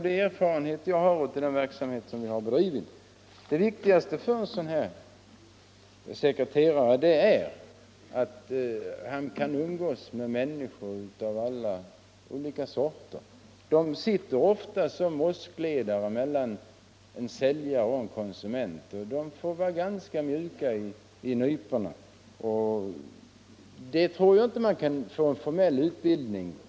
Den erfarenhet jag har av den verksamhet vi har bedrivit säger mig att det viktigaste för sådana sekreterare är att de kan umgås med människor av alla kategorier. De sitter ofta som åskledare mellan säljare och konsument. De får vara ganska mjuka i nyporna, och på det området tror jag inte man kan få någon formell utbildning.